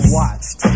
watched